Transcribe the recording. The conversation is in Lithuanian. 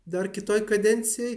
dar kitoj kadencijoj